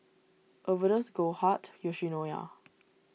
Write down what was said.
Overdose Goldheart Yoshinoya